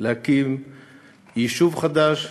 להקים יישוב חדש,